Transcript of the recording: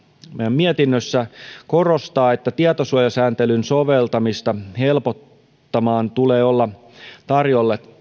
mietinnössä korostaa että tietosuojasääntelyn soveltamista helpottamaan tulee olla tarjolla